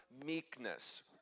meekness